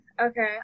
Okay